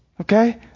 okay